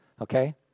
Okay